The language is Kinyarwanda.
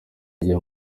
nagiye